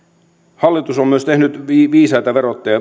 hallitus on myös tehnyt viisaita